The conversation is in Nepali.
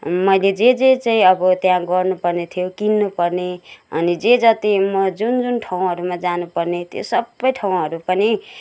मैले जे जे चाहिँ अब त्यहाँ गर्नुपर्ने थियो किन्नु पर्ने अनि जे जति म जुन जुन ठाउँहरूमा जानु पर्ने त्यो सप्पै ठाउँहरू पनि